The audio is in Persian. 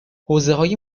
حوزههای